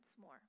more